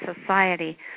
society